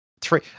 Three